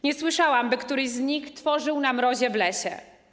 Nie słyszałam, by któryś z nich tworzył na mrozie w lesie.